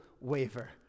waver